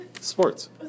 sports